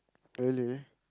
really